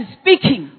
speaking